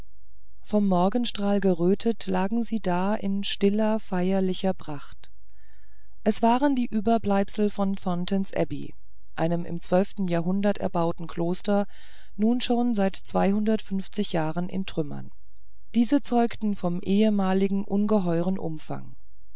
vom morgenstrahl gerötet lagen sie da in stiller feierlicher pracht es waren die überbleibsel von fountains abbey einem im zwölften jahrhundert erbauten kloster nun schon seit zweihundertfünfzig jahren in trümmern diese zeugen vom ehemaligen ungeheuren umfange